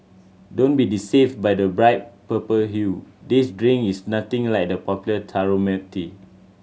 don't be deceived by the bright purple hue this drink is nothing like the popular taro milk tea